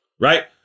right